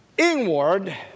Inward